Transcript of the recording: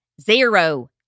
Zero